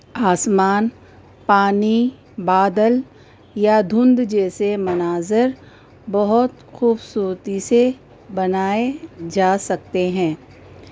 آسمان پانی بادل یا دھندھ جیسے مناظر بہت خوبصورتی سے بنائے جا سکتے ہیں